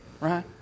Right